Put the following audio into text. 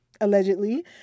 allegedly